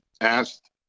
asked